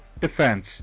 defense